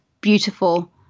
beautiful